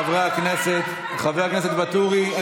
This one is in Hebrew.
חבר הכנסת ואטורי,